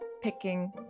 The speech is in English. picking